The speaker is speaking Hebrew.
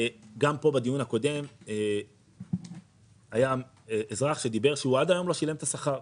גם פה בדיון הקודם היה אזרח שדיבר שהוא עד היום לא שילם את השכר.